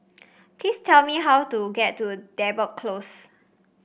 please tell me how to get to Depot Close